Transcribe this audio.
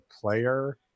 player